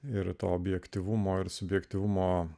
ir to objektyvumo ir subjektyvumo